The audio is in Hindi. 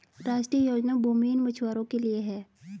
राष्ट्रीय योजना भूमिहीन मछुवारो के लिए है